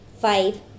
five